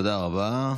תודה רבה.